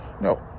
No